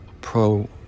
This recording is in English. Pro